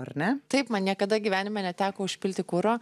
ar ne taip man niekada gyvenime neteko užpilti kuro